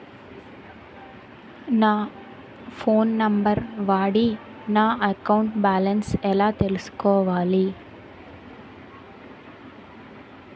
నా phone number వాడి నా అకౌంట్ బాలన్స్ ఎలా తెలుసుకోవాలి?